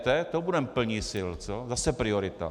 To budeme plni sil, co? Zase priorita.